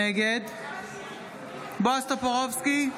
נגד בועז טופורובסקי,